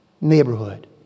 neighborhood